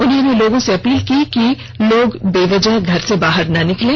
उन्होंने लोगों से अपील की है कि लोग बेवजह घर से बाहर ना निकलें